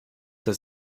das